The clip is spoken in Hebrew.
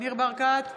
ניר ברקת,